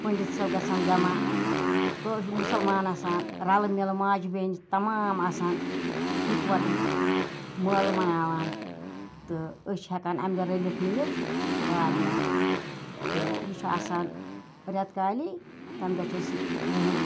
پنٛڈِت صٲب گَژھان جَمَع مُسَلمان آسان رَلہٕ مِلہٕ ماجہِ بیٚنہِ تَمام آسان اِکوٹہٕ مٲلہٕ مَناوان تہٕ أسۍ چھِ ہیٚکان امہِ دۄہ رٔلِتھ مِلِتھ واریاہ تہٕ یہِ چھُ آسان ریٚتہٕ کالی تمہِ دۄہ چھِ اَسہِ یُہُنٛد